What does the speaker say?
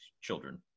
children